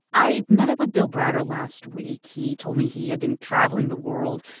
i met up with bill browder last week. he told me he had been traveling the world,